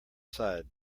side